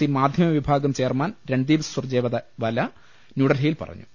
C മാധ്യമവിഭാഗം chairman Randeep Surjewala ന്യൂഡൽഹിയിൽ പറഞ്ഞു